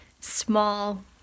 small